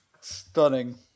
Stunning